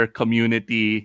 community